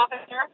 officer